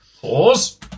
Pause